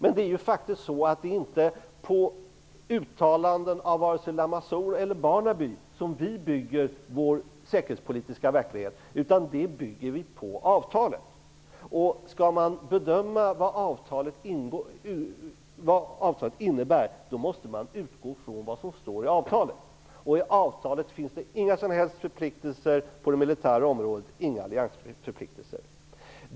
Vi skall dock inte bygga vår säkerhetspolitiska verklighet på uttalanden av Lamassoure eller Barnaby, utan den bygger vi på avtalet. Skall man bedöma vad avtalet innebär, måste man utgå från vad som står i avtalet. I avtalet finns det inga som helst förpliktelser på det militära området, inga alliansförpliktelser.